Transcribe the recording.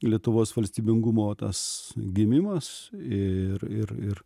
lietuvos valstybingumo tas gimimas ir ir ir